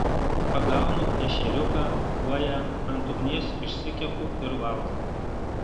pagaunu ešeriuką kuoją ant ugnies išsikepu ir valgau